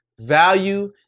value